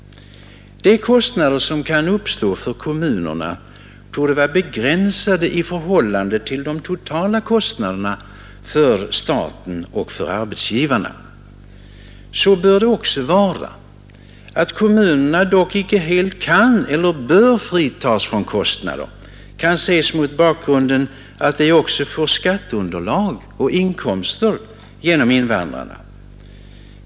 De kostnader som kan uppstå för kommunerna torde vara begränsade i förhållande till den totala kostnaden för staten och arbetsgivarna. Så bör det också vara. Att kommunerna dock icke helt kan eller bör fritas från kostnader kan ses mot bakgrunden av att de också får skatteunderlag och inkomster genom invandrarna.